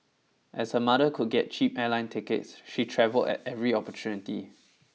as her mother could get cheap airline tickets she travelled at every opportunity